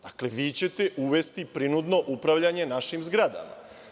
Dakle, vi ćete uvesti prinudno upravljanje našim zgradama.